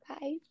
Bye